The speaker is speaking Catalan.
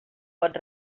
pot